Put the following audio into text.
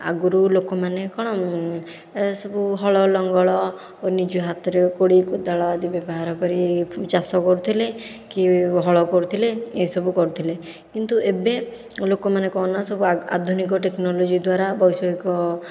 ଆଗରୁ ଲୋକମାନେ କ'ଣ ଏସବୁ ହଳ ଲଙ୍ଗଳ ନିଜ ହାତରେ କୋଡ଼ି କୋଦାଳ ଆଦି ବ୍ୟବହାର କରି ଚାଷ କରୁଥିଲେ କି ହଳ କରୁଥିଲେ ଏସବୁ କରୁଥିଲେ କିନ୍ତୁ ଏବେ ଲୋକମାନେ କଣ ନା ସବୁ ଆଧୁନିକ ଟେକ୍ନୋଲୋଜି ଦ୍ଵାରା ବୈଷୟିକ